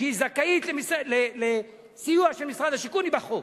שזכאית לסיוע של משרד השיכון, היא בחוק.